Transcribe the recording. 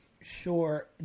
Sure